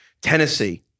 Tennessee